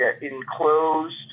enclosed